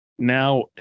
Now